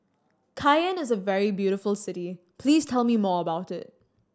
Cayenne is a very beautiful city please tell me more about it